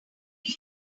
mean